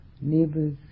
Neighbors